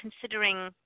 considering –